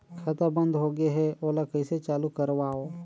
खाता बन्द होगे है ओला कइसे चालू करवाओ?